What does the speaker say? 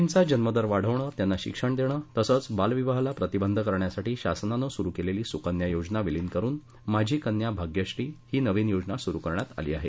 मूलींचा जन्मदर वाढवणं त्यांना शिक्षण देणं तसंच बालविवाहाला प्रतिबंध करण्यासाठी शासनानं सुरु केलेली सुकन्या योजना विलिन करुन माझी कन्या भाग्यश्री ही नविन योजना सुरु करण्यात आली आहे